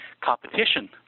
competition